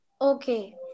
Okay